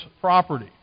property